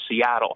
Seattle